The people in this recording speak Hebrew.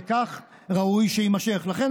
וראוי שיימשך כך.